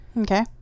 Okay